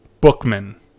Bookman